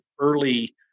early